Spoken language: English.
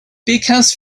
because